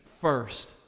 first